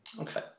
Okay